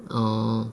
orh